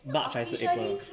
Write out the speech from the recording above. march or april